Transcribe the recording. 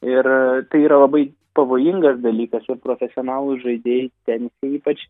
ir tai yra labai pavojingas dalykas čia ir profesionalūs žaidėjai tenise ypač